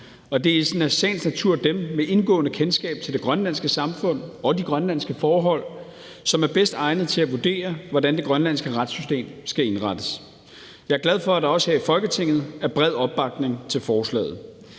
Det er i sagens natur dem med indgående kendskab til det grønlandske samfund og de grønlandske forhold, som er bedst egnede til at vurdere, hvordan det grønlandske retssystem skal indrettes. Jeg er glad for, at der også her i Folketinget er bred opbakning til forslaget.